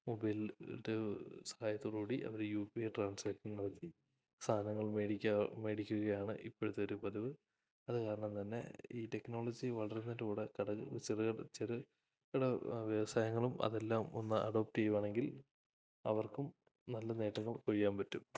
മൊബൈലിൻ്റെ സഹായത്തോടുകൂടി അവര് യു പി ഐ ട്രാൻസാക്ഷൻ നടത്തി സാധനങ്ങൾ മേടിക്കുകയാണ് ഇപ്പോഴത്തെയൊരു പതിവ് അതുകാരണംതന്നെ ഈ ടെക്നോളജി വളരുന്നതിന്റെകൂടെ കടകള് ചെറുകിട വ്യവസായങ്ങളും അതെല്ലാമൊന്ന് അഡോപ്റ്റ് ചെയ്യുകയാണെങ്കിൽ അവർക്കും നല്ല നേട്ടങ്ങൾ കൊയ്യാന് പറ്റും